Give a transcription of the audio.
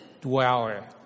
dweller